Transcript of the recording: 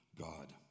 God